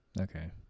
Okay